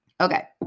Okay